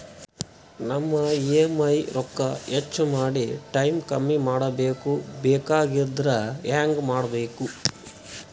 ನಮ್ಮ ಇ.ಎಂ.ಐ ರೊಕ್ಕ ಹೆಚ್ಚ ಮಾಡಿ ಟೈಮ್ ಕಮ್ಮಿ ಮಾಡಿಕೊ ಬೆಕಾಗ್ಯದ್ರಿ ಹೆಂಗ ಮಾಡಬೇಕು?